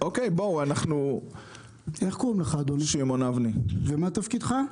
איך קוראים לך אדוני ומה תפקידך?